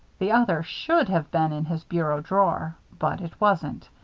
the other should have been in his bureau drawer but it wasn't.